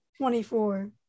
24